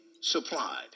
supplied